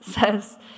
says